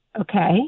Okay